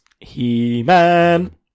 He-Man